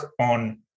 on